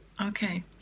Okay